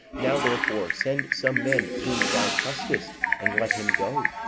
now, therefore, send some men whom thou trustest, and let him go,